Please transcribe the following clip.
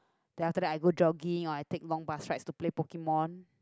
then after that I go jogging or I take long bus rides to play Pokemon